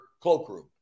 cloakroom